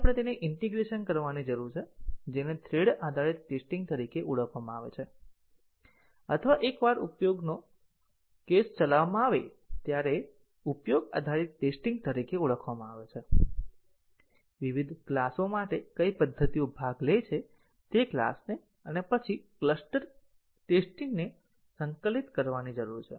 આપણે તેમને ઈન્ટીગ્રેશન કરવાની જરૂર છે જેને થ્રેડ આધારિત ટેસ્ટીંગ તરીકે ઓળખવામાં આવે છે અથવા એકવાર ઉપયોગનો કેસ ચલાવવામાં આવે ત્યારે ઉપયોગ આધારિત ટેસ્ટીંગ તરીકે ઓળખવામાં આવે છે વિવિધ ક્લાસો માટે કઈ પદ્ધતિઓ ભાગ લે છે તે ક્લાસને અને પછી ક્લસ્ટર ટેસ્ટીંગ ને સંકલિત કરવાની જરૂર છે